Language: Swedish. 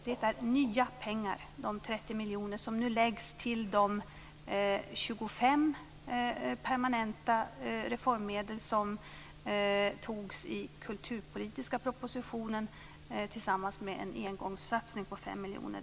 Det är 30 nya miljoner som nu läggs till de permanenta reformmedel på 25 miljoner som det fattades beslut om vid behandlingen av den kulturpolitiska propositionen tillsammans med en engångssatsning på 5 miljoner.